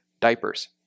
diapers